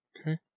Okay